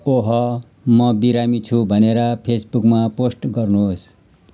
ओह म बिरामी छु भनेर फेसबुकमा पोस्ट गर्नुहोस्